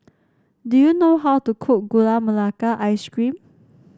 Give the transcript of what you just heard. do you know how to cook Gula Melaka Ice Cream